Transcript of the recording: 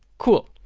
cool.